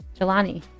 Jelani